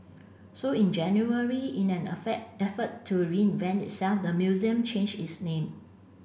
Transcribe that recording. so in January in an effort to reinvent itself the museum changed its name